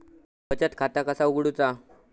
बचत खाता कसा उघडूचा?